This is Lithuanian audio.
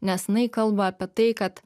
nes jinai kalba apie tai kad